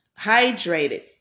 hydrated